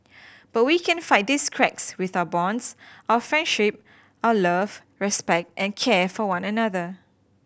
but we can fight these cracks with our bonds our friendship our love respect and care for one another